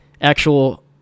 actual